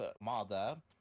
mother